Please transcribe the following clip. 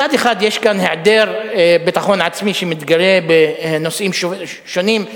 מצד אחד יש כאן היעדר ביטחון עצמי שמתגלה בנושאים שונים,